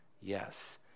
yes